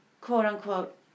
quote-unquote